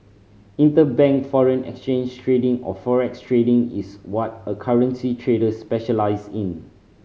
interbank foreign exchange trading or forex trading is what a currency trader specialises in